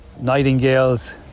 nightingales